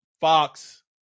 Fox